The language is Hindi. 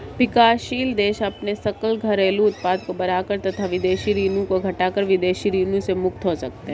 विकासशील देश अपने सकल घरेलू उत्पाद को बढ़ाकर तथा विदेशी ऋण को घटाकर विदेशी ऋण से मुक्त हो सकते हैं